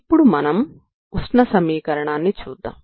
ఇప్పుడు మనం ఉష్ణ సమీకరణాన్ని చూద్దాం